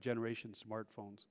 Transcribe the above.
generation smart phones